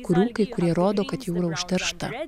kurių kai kurie rodo kad jūra užteršta